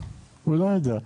הוא לא יודע.